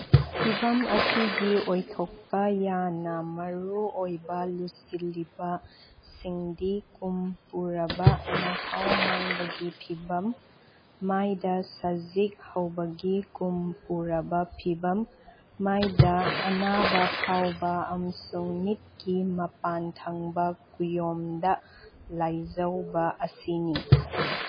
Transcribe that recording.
ꯐꯤꯕꯝ ꯑꯁꯤꯒꯤ ꯑꯣꯏꯊꯣꯛꯄ ꯌꯥꯅ ꯃꯔꯨ ꯑꯣꯏꯕ ꯂꯨꯁꯤꯜꯂꯤꯕꯁꯤꯡꯗꯤ ꯀꯨꯝ ꯄꯨꯔꯕ ꯃꯍꯥꯎ ꯃꯥꯡꯕꯒꯤ ꯐꯤꯕꯝ ꯃꯥꯏꯗ ꯁꯖꯤꯛ ꯍꯧꯕꯒꯤ ꯀꯨꯝ ꯄꯨꯔꯕ ꯐꯤꯕꯝ ꯃꯥꯏꯗ ꯑꯅꯥꯕ ꯐꯥꯎꯕ ꯑꯃꯁꯨꯡ ꯃꯤꯠꯀꯤ ꯃꯄꯥꯟꯊꯪꯕ ꯀꯨꯌꯣꯝꯗ ꯂꯥꯏꯖꯧꯕ ꯑꯁꯤꯅꯤ